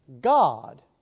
God